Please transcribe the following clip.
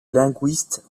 linguiste